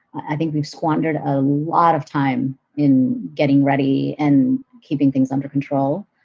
i think we've squandered a lot of time in getting ready and keeping things under control.